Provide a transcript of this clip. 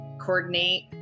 coordinate